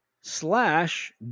slash